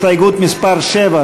הסתייגות מס' 7,